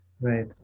right